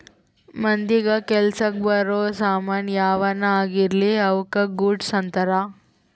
ಮಂದಿಗ ಕೆಲಸಕ್ ಬರೋ ಸಾಮನ್ ಯಾವನ ಆಗಿರ್ಲಿ ಅವುಕ ಗೂಡ್ಸ್ ಅಂತಾರ